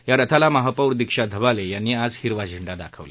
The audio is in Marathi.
या रथाला महापौर दिक्षा धबाले यांनी आज हिरवा झेंडा दाखवला